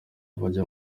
bajya